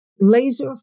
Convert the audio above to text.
Laser